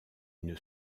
une